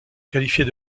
qualifiés